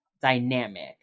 dynamic